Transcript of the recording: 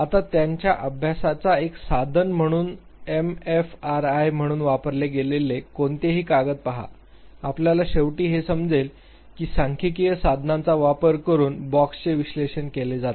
आता त्यांच्या अभ्यासाचे एक साधन म्हणून एफएमआरआय म्हणून वापरले गेलेले कोणतेही कागद पहा आपल्याला शेवटी हे समजेल की सांख्यिकीय साधनांचा वापर करून बॉक्सचे विश्लेषण केले जाते